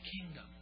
kingdom